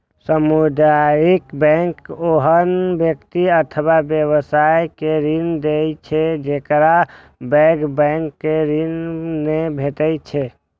सामुदायिक बैंक ओहन व्यक्ति अथवा व्यवसाय के ऋण दै छै, जेकरा पैघ बैंक सं ऋण नै भेटै छै